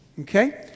okay